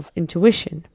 intuition